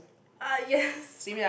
uh yes